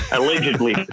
Allegedly